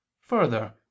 further